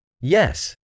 Yes